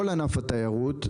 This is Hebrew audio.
כל ענף התיירות,